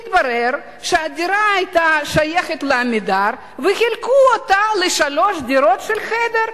מתברר שהדירה היתה שייכת ל"עמידר" וחילקו אותה לשלוש דירות של חדר.